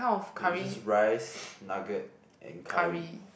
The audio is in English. wait it's just rice nuggets and curry